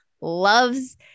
loves